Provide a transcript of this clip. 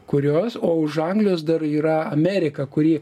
kurios o už anglijos dar yra amerika kuri